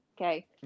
Okay